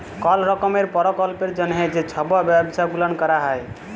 call রকমের পরকল্পের জ্যনহে যে ছব ব্যবছা গুলাল ক্যরা হ্যয়